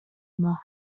ماه